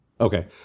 Okay